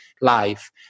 life